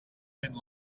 fent